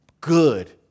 good